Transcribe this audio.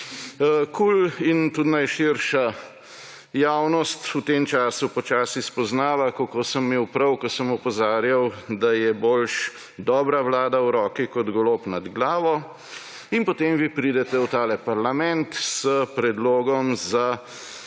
KUL in tudi najširša javnost v tem času počasi spoznava, kako sem imel prav, ko sem opozarjal, da je boljše dobra vlada v roki kot Golob nad glavo, in potem vi pridete v ta parlament s predlogom za